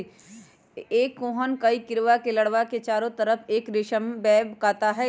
एक कोकून कई कीडड़ा के लार्वा के चारो तरफ़ एक रेशम वेब काता हई